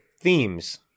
Themes